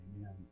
amen